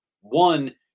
One